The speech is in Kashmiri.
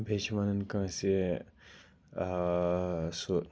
بیٚیہِ چھِ وَنان کٲنٛسہِ سُہ